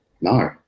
No